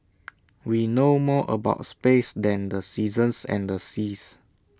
we know more about space than the seasons and the seas